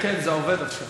כן, כן, זה עובד עכשיו.